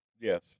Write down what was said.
Yes